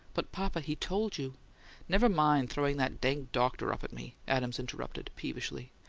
but, papa, he told you never mind throwing that dang doctor up at me! adams interrupted, peevishly.